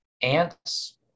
Ants